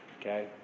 okay